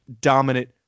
dominant